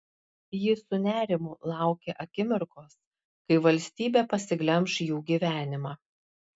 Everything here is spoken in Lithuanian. ji su nerimu laukė akimirkos kai valstybė pasiglemš jų gyvenimą